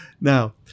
Now